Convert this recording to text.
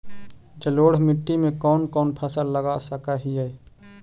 जलोढ़ मिट्टी में कौन कौन फसल लगा सक हिय?